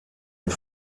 mit